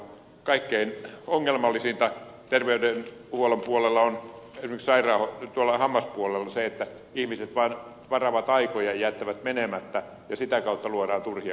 kaikkein ongelmallisinta terveydenhuollon puolella on esimerkiksi hammaspuolella se että ihmiset varaavat aikoja ja jättävät menemättä ja sitä kautta luodaan turhia kustannuksia